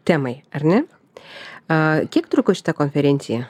temai ar ne a kiek truko šita konferencija